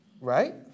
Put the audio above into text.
Right